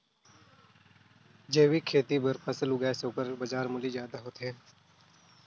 जैविक खेती बर फसल उगाए से ओकर बाजार मूल्य ज्यादा होथे